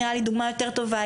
נראה לי דוגמה יותר טובה,